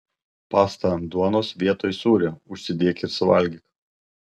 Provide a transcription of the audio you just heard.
pastą ant duonos vietoj sūrio užsidėk ir suvalgyk